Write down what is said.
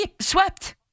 swept